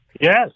Yes